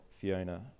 Fiona